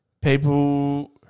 people